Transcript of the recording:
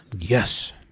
Yes